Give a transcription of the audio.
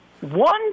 one